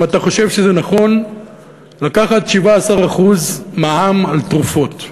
אם אתה חושב שזה נכון לקחת 17% מע"מ על תרופות.